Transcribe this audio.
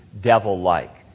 devil-like